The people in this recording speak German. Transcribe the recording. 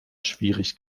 schwierig